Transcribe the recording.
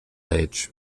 age